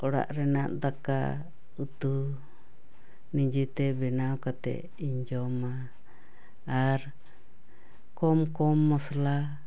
ᱚᱲᱟᱜ ᱨᱮᱱᱟᱜ ᱫᱟᱠᱟ ᱩᱛᱩ ᱱᱤᱡᱮᱛᱮ ᱵᱮᱱᱟᱣ ᱠᱟᱛᱮ ᱤᱧ ᱡᱚᱢᱟ ᱟᱨ ᱠᱚᱢ ᱠᱚᱢ ᱢᱚᱥᱞᱟ